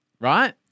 Right